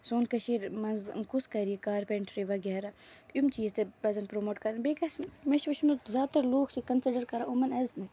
سون کٔشیٖر منٛز کُس کَرِ یہِ کارپینٹری وغیرہ یِم چیٖز تہِ پَزن پرموٹ کَرٕنۍ بیٚیہِ گژھِ مےٚ چھُ وٕچھمُت زیادٕ تر لوٗکھ چھِ کَنسِڈر کران یِمَن ایز